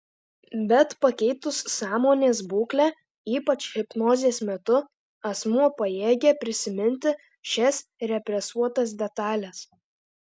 bet pakeitus sąmonės būklę ypač hipnozės metu asmuo pajėgia prisiminti šias represuotas detales